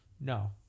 No